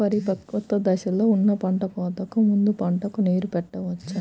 పరిపక్వత దశలో ఉన్న పంట కోతకు ముందు పంటకు నీరు పెట్టవచ్చా?